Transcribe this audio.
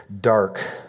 dark